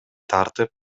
тартып